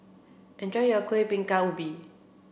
enjoy your Kueh Bingka Ubi